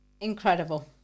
Incredible